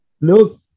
Look